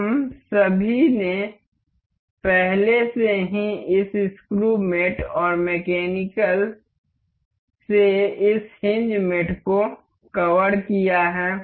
हम सभी ने पहले से ही इस स्क्रू मेट और मैकेनिकल से इस हिंज मेट को कवर किया है